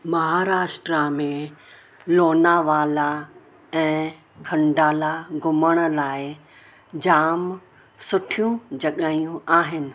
महाराष्ट्र में लोनावला ऐं खंडाला घुमण लाइ जाम सुठियूं जॻहियूं आहिनि